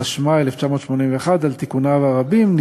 התשמ"א 1981, על תיקוניו הרבים,